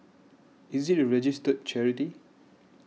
is it a registered charity